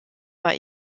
war